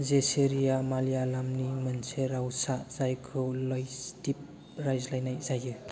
जेसेरीया मलयालमनि मोनसे रावसा जायखौ लक्ष'द्वीप रायज्लायनाय जायो